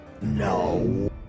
No